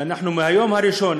שאנחנו מהיום הראשון,